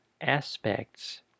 aspects